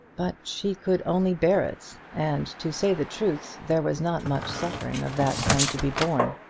but she could only bear it. and, to say the truth, there was not much suffering of that kind to be borne.